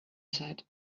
said